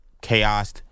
chaos